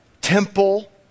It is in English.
temple